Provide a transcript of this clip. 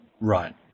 Right